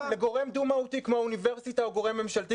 לגורם כמו אוניברסיטה או גורם ממשלתי,